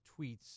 tweets